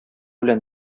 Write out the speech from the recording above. белән